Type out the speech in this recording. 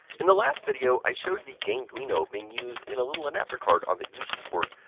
in the last video i showed the gameduino being used in a little adapter card on the user port.